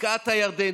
בקעת הירדן,